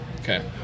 Okay